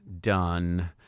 done